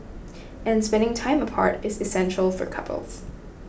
and spending time apart is essential for couples